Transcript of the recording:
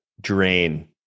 drain